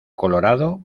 colorado